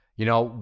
you know,